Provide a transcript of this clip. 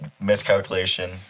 miscalculation